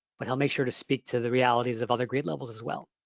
but he'll make sure to speak to the realities of other grade levels as well.